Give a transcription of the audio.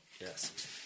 Yes